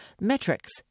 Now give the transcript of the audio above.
Metrics